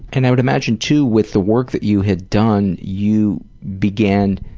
and i would imagine, too, with the work that you had done, you began